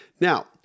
Now